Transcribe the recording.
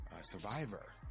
survivor